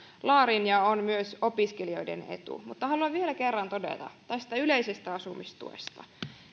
laariin ja on myös opiskelijoiden etu mutta haluan vielä kerran todeta tästä yleisestä asumistuesta